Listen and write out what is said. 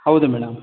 ಹೌದು ಮೇಡಮ್